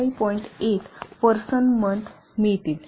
8 person month मिळतील